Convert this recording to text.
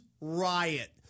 riot